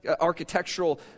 architectural